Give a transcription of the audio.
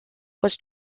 was